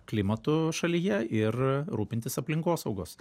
klimatu šalyje ir rūpintis aplinkosaugos